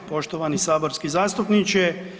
Poštovani saborski zastupniče.